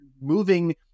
moving